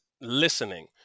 listening